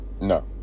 No